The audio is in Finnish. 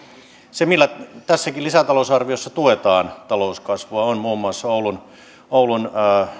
se millä tässäkin lisätalousarviossa tuetaan talouskasvua on muun muassa oulun oulun